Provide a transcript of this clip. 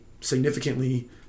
significantly